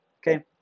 Okay